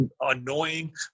annoying